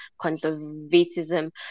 conservatism